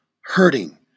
hurting